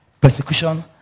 persecution